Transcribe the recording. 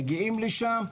מגיעים לשם.